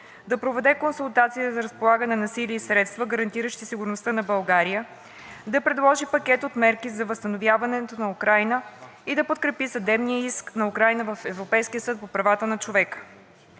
да проведе консултации за разполагане на сили и средства, гарантиращи сигурността на България, да предложи пакет от мерки за възстановяването на Украйна и да подкрепи съдебния иск на Украйна в Европейския съд по правата на човека.